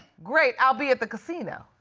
great, i'll be at the casino.